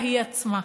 היא עצמה,